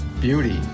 beauty